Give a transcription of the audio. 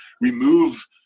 remove